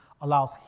allows